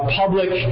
public